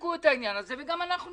שתבדקו את העניין הזה וגם אנחנו נבדוק.